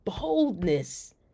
boldness